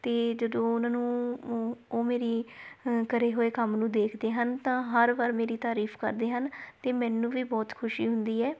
ਅਤੇ ਜਦੋਂ ਉਹਨਾਂ ਨੂੰ ਉਹ ਮੇਰੀ ਕਰੇ ਹੋਏ ਕੰਮ ਨੂੰ ਦੇਖਦੇ ਹਨ ਤਾਂ ਹਰ ਵਾਰ ਮੇਰੀ ਤਾਰੀਫ ਕਰਦੇ ਹਨ ਤਾਂ ਮੈਨੂੰ ਵੀ ਬਹੁਤ ਖੁਸ਼ੀ ਹੁੰਦੀ ਹੈ